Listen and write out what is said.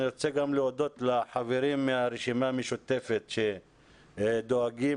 אני רוצה גם להודות לחברים מהרשימה המשותפת שדואגים